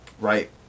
right